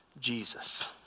Jesus